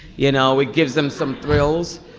you know, it gives them some thrills.